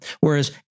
whereas